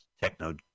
techno